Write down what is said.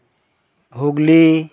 Hooghly